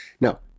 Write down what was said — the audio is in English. Now